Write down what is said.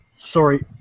Sorry